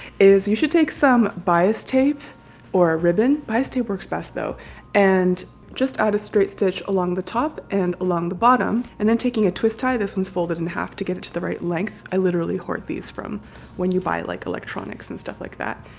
is you should take some bias tape or a ribbon, bias tape works best though and just add a straight stitch along the top and along the bottom and then taking a twist tie this one's folded in half to get it to the right length i literally hoard these from when you buy like electronics and stuff like that.